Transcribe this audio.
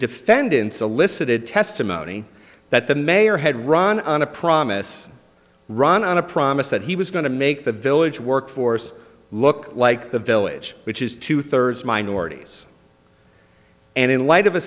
defendant solicited testimony that the mayor had run on a promise run on a promise that he was going to make the village workforce look like the village which is two thirds minorities and in light of a